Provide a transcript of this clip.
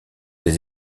des